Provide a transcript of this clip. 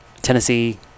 Tennessee